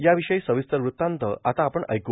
याविषयी सविस्तर वृत्तांत आता आपण ऐकू